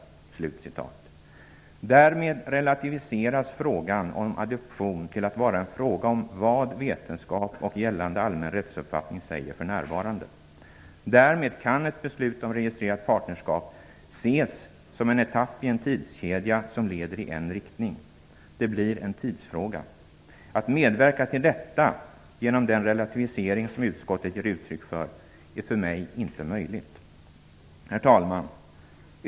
Därmed relativiseras frågan om adoption till att vara en fråga om vad vetenskap och gällande allmän rättsuppfattning säger för närvarande. Därmed kan ett beslut om registrerat partnerskap ses som en etapp i en tidskedja som leder i en riktning. Det blir en tidsfråga. Att medverka till detta genom den relativisering som utskottet ger uttryck för är för mig inte möjligt. Herr talman!